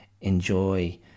enjoy